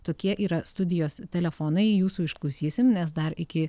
tokie yra studijos telefonai jūsų išklausysim nes dar iki